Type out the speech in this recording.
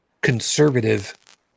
conservative